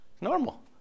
normal